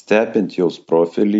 stebint jos profilį